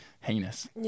heinous